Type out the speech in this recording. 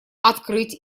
открыть